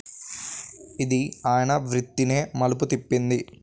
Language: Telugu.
ఇది ఆయన వృత్తినే మలుపు తిప్పింది